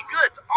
Good's